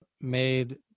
made